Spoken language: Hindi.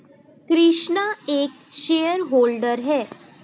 कृष्णा एक शेयर होल्डर है